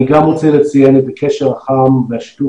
אני גם רוצה לציין את הקשר החם ואת שיתוף